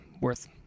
worth